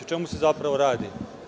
O čemu se zapravo radi?